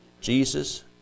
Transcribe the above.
Jesus